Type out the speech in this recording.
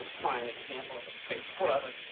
fine example of a big brother.